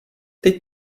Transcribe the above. teď